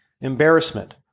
embarrassment